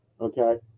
Okay